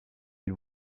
ils